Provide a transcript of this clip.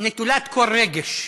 נטולת כל רגש.